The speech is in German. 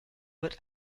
wird